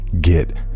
get